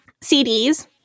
cds